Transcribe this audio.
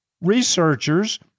researchers